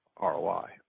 ROI